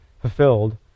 fulfilled